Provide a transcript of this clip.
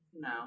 no